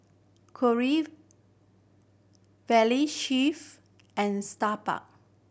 Valley Chef and